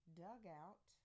dugout